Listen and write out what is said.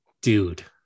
dude